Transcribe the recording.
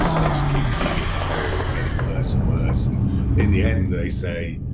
they just keep digging a hole and getting worse and worse. and in the end, they say,